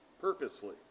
purposefully